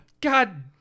God